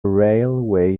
railway